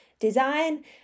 design